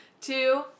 two